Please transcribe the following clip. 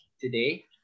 today